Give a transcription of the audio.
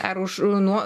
ar už nuo